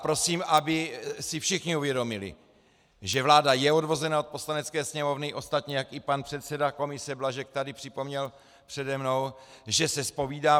Prosím, aby si všichni uvědomili, že vláda je odvozena od Poslanecké sněmovny, ostatně jak i pan předseda komise Blažek tady připomněl přede mnou, že se zpovídá